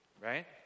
right